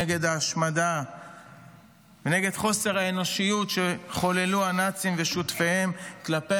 נגד ההשמדה ונגד חוסר האנושיות שחוללו הנאצים ושותפיהם כלפי